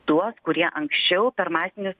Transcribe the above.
tuos kurie anksčiau per masinius